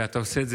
ואתה עושה את זה